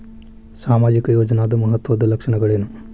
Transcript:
ಸಾಮಾಜಿಕ ಯೋಜನಾದ ಮಹತ್ವದ್ದ ಲಕ್ಷಣಗಳೇನು?